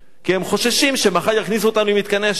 כי הם חוששים שמחר יכניסו אותם למתקני השהייה,